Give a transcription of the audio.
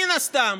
מן הסתם,